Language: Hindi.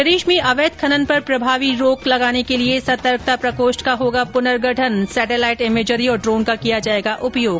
प्रदेश में अवैध खनन पर प्रभावी रोक लगाने के लिए सतर्कता प्रकोष्ठ का होगा प्रनर्गठन सेटेलाइट इमेजरी और ड्रोन का किया जाएगा उपयोग